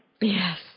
Yes